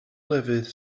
lefydd